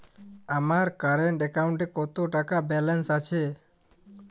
আমার কারেন্ট অ্যাকাউন্টে কত টাকা ব্যালেন্স আছে?